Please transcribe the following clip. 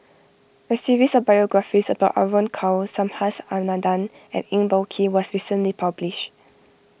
a series of biographies about Evon Kow Subhas Anandan and Eng Boh Kee was recently published